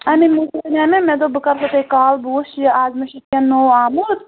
اہن حظ مےٚ ؤنیو نہ مےٚ دوٚپ بہٕ کَرٕ تۄہہِ کال بہٕ وٕچھِ یہِ آز مہ چھُ کیٚنٛہہ نوٚو آمُت